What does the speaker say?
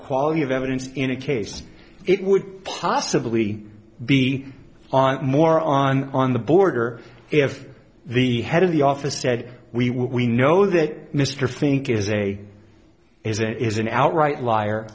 quality of evidence in a case it would possibly be on more on the border if the head of the office said we we know that mr fink is a is and is an outright liar